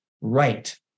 right